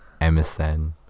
msn